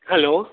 hello